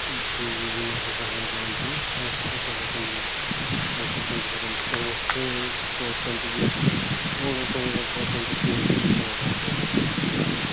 କିଏ ବିଭିନ୍ନ ପୋଷାକରେ ରହନ୍ତି ସମସ୍ତେ ପୋଷାକ ପିନ୍ଧିବା ପାଇଁ ପସନ୍ଦ କରନ୍ତି ସମସ୍ତେ ଅଛନ୍ତି ଯେ କ'ଣ ପାଇଁ ପସନ୍ଦ କିଏ ପୋଷାକ